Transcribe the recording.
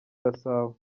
gasabo